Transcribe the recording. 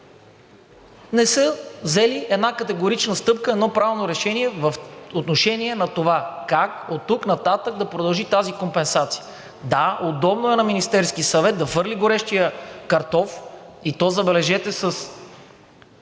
не са взели една категорична стъпка, едно правилно решение по отношение на това как оттук нататък да продължи тази компенсация. Да, удобно е на Министерския съвет да хвърли горещия картоф, и то, забележете, със